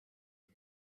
the